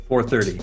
4:30